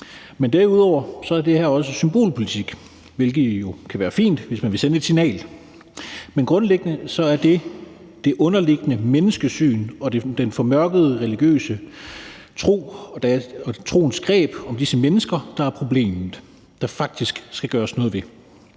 Derudover er det her også symbolpolitik, hvilket jo kan være fint, hvis man vil sende et signal. Men grundlæggende er det det underliggende menneskesyn og den formørkede religiøse tro og troens greb om disse mennesker, der er problemet, og som der faktisk skal gøres noget ved.